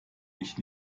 ich